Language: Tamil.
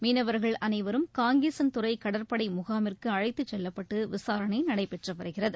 மீனவர்கள் அனைவரும் காங்கேசன் துறை கடற்படை முகாமிற்கு அழைத்துச் செல்லப்பட்டு விசாரணை நடைபெற்று வருகிறது